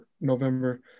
November